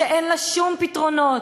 שאין לה שום פתרונות,